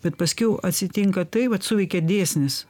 bet paskiau atsitinka tai vat suveikia dėsnis